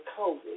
COVID